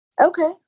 Okay